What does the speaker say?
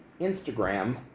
Instagram